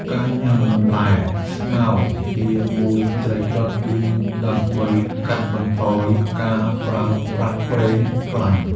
ការញ៉ាំបន្លែស្ងោរជាមួយត្រីដុត គឺដើម្បីកាត់បន្ថយការប្រើប្រាស់ប្រេងខ្លាញ់។